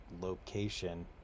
location